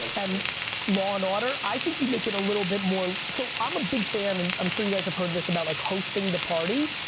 and law and order. i think you make it a little bit more, so i'm a big fan. and i'm sure you guys have heard of this about like hosting the party.